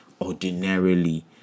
ordinarily